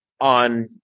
on